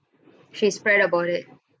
she spread about it